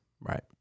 Right